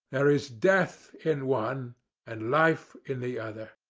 there is death in one and life in the other.